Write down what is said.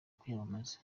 kwiyamamaza